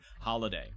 holiday